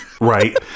Right